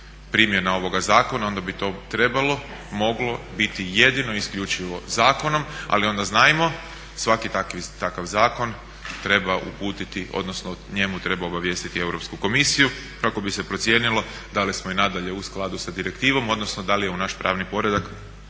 primjena ovoga zakona onda bi to trebalo, moglo biti jedino i isključivo zakonom ali onda znajmo svaki takav zakon treba uputiti odnosno o njemu treba obavijestiti Europsku komisiju kako bi se procijenilo da li smo i nadalje u skladu sa direktivom, odnosno da li je u naš pravni poredak